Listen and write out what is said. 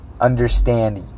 understand